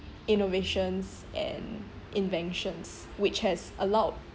innovations and inventions which has allowed